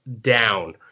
down